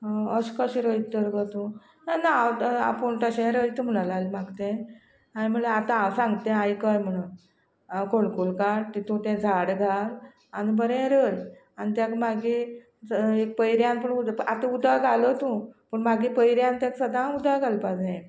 कशें रोयत तर गो तूं ना ना हांव आपूण तशें रोयतां म्हणो लागलें म्हाका तें हांवें म्हळ्यार आतां हांव सांगतां तें आयकय म्हणून खोणकूल काड तितू तें झाड घाल आनी बरें रय आनी ताका मागीर एक पयऱ्यान पूण उदक आतां उदक घाल तूं पूण मागीर पयऱ्यान ताका सदां उदक घालपा जाये